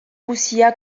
guzia